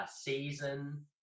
season